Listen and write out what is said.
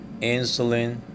insulin